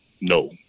no